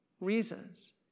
reasons